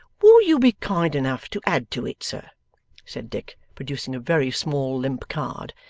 will you be kind enough to add to it, sir said dick, producing a very small limp card,